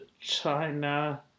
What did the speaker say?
China